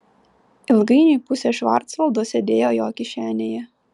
ilgainiui pusė švarcvaldo sėdėjo jo kišenėje